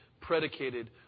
predicated